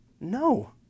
No